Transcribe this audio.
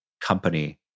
company